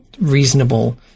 reasonable